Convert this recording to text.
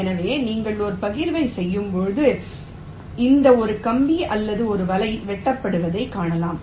எனவே நீங்கள் ஒரு பகிர்வைச் செய்யும்போது இந்த ஒரு கம்பி அல்லது ஒரு வலை வெட்டப்படுவதைக் காணலாம்